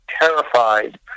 terrified